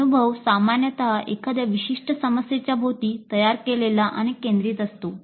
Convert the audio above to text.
अनुभव सामान्यत एखाद्या विशिष्ट समस्येच्या भोवती तयार केलेला आणि केंद्रित असतो